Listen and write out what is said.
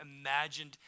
imagined